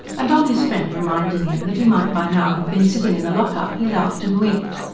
and, on his friend reminding him that he might by now have been sitting in the lock-up, he laughed and winked.